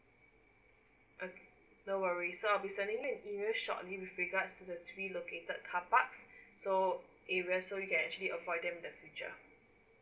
okay no worry so I'll be sending email shortly with regards to the three located car park so areas so you can actually avoid them in the future